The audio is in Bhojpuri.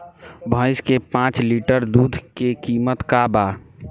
भईस के पांच लीटर दुध के कीमत का बा?